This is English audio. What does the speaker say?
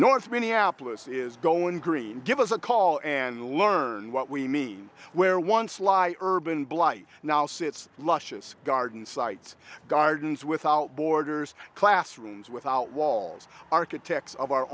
north minneapolis is going green give us a call and learn what we mean where once lie urban blight now sits luscious garden sites gardens without borders classrooms without walls architects of our